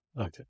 Okay